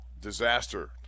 disaster